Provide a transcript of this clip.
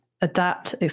adapt